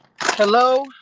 Hello